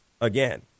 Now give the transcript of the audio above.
Again